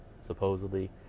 supposedly